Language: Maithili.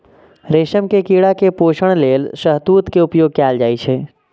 रेशम के कीड़ा के पोषण लेल शहतूत के उपयोग कैल जाइ छै